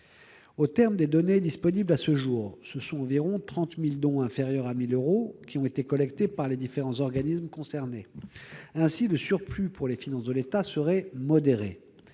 Aux termes des données disponibles à ce jour, ce sont environ 30 000 dons inférieurs à 1 000 euros qui ont été collectés par les différents organismes concernés. Ainsi, le surplus pour les finances de l'État serait modéré.